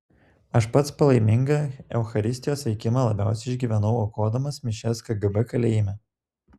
aš pats palaimingą eucharistijos veikimą labiausiai išgyvenau aukodamas mišias kgb kalėjime